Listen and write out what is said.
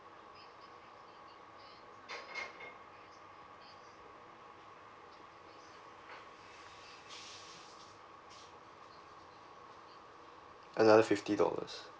another fifty dollars